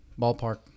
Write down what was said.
ballpark